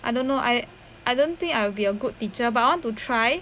I don't know I I don't think I will be a good teacher but I want to try